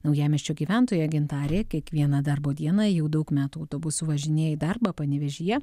naujamiesčio gyventoja gintarė kiekvieną darbo dieną jau daug metų autobusu važinėja į darbą panevėžyje